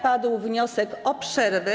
Padł wniosek o przerwę.